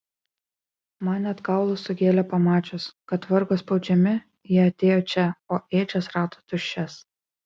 man net kaulus sugėlė pamačius kad vargo spaudžiami jie atėjo čia o ėdžias rado tuščias